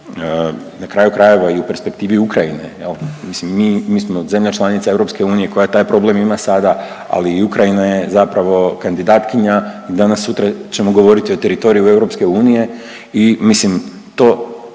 na kraju krajeva i u perspektivi Ukrajine jel, mislim mi, mi smo zemlja članica EU koja taj problem ima sada, ali i Ukrajina je zapravo kandidatkinja i danas sutra ćemo govoriti o teritoriju EU i